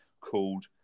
called